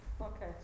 Okay